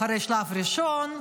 אחרי השלב הראשון,